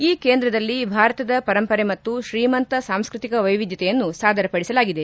ಈ ಕೇಂದ್ರದಲ್ಲಿ ಭಾರತದ ಪರಂಪರೆ ಮತ್ತು ಶ್ರೀಮಂತ ಸಾಂಸ್ಟತಿಕ ವೈವಿಧ್ಯತೆಯನ್ನು ಸಾದರಪಡಿಸಲಾಗಿದೆ